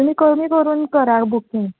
तुमी कमी करून करा बुकींग